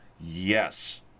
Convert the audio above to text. Yes